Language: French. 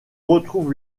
retrouve